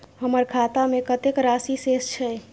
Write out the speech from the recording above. हमर खाता में कतेक राशि शेस छै?